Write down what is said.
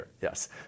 Yes